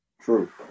True